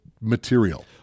material